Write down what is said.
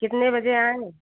कितने बजे आएँ